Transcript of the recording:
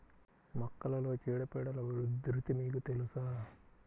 మొక్కలలో చీడపీడల ఉధృతి మీకు తెలుసా?